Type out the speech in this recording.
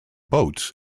boats